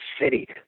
City